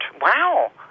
wow